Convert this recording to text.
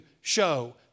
show